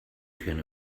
can